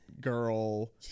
girl